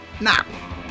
now